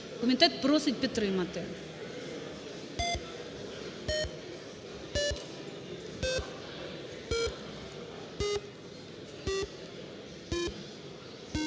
Комітет просить підтримати.